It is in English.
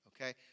Okay